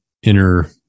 inner